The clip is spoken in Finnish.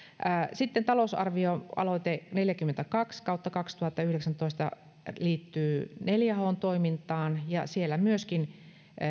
sitten talousarvioaloite neljäkymmentäkaksi kautta kaksituhattayhdeksäntoista liittyy neljä h n toimintaan ja siellä myöskin